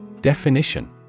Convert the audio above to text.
Definition